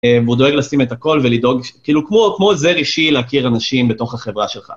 הוא דואג לשים את הכל ולדאוג, כאילו כמו עוזר אישי להכיר אנשים בתוך החברה שלך.